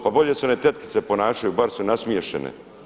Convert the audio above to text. Pa bolje se one tetkice ponašaju, bar su nasmiješene.